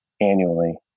annually